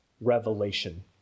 revelation